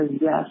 yes